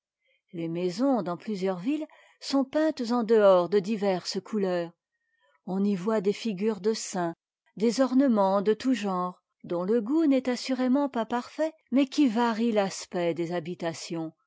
les maisons dans plusieurs villes sont peintes en dehors de diverses couleurs on y voit des figures de saints des ornements de tout genre dont le goût n'est assurément pas parfait mais qui varient l'aspect des habitations